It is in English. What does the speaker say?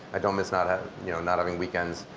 i don't miss not ah you know not having weekends.